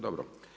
Dobro.